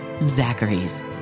Zachary's